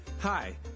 Hi